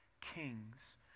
kings